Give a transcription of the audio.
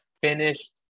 finished